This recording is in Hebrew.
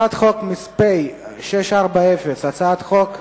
הצעת חוק פ/640, הצעת חוק